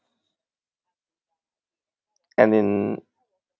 and then